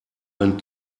ein